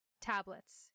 tablets